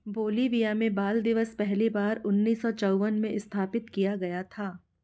Bolivia में बाल दिवस पहली बार उन्नीस सौ चौवन में स्थापित किया गया था